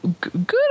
good